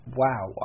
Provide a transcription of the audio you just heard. wow